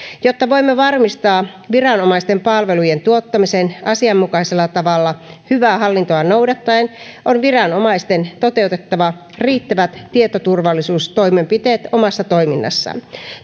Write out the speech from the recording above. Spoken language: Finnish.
jotta voimme varmistaa viranomaisten palvelujen tuottamisen asianmukaisella tavalla hyvää hallintoa noudattaen on viranomaisten toteutettava riittävät tietoturvallisuustoimenpiteet omassa toiminnassaan